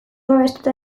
babestuta